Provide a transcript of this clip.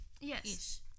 Yes